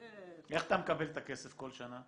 הזה, ו --- איך אתה מקבל את הכסף כל שנה?